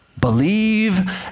Believe